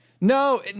No